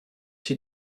she